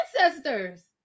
ancestors